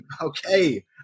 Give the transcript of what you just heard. Okay